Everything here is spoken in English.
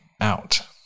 out